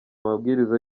amabwiriza